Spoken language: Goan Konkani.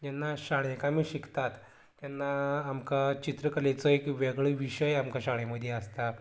जेन्ना शाळेंत आमी शिकतात तेन्ना आमकां चित्रकलेचो एक वेगळो विशय आमकां शाळें मदीं आसता